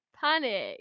panic